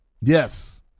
Yes